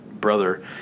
brother